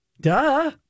Duh